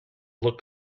look